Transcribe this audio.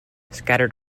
scattered